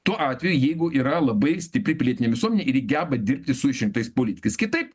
tuo atveju jeigu yra labai stipri pilietinė visuomenė geba dirbti su išrinktais politikais kitaip